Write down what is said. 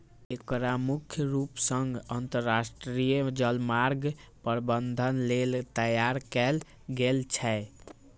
एकरा मुख्य रूप सं अंतरराष्ट्रीय जलमार्ग प्रबंधन लेल तैयार कैल गेल छै